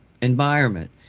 environment